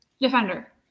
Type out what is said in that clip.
defender